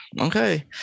okay